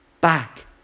Back